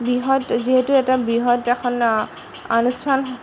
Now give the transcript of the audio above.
বৃহৎ যিহেতু এটা বৃহৎ এখন অনুষ্ঠান